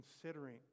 considering